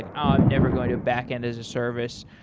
like ah i'm never going to a backend as a service.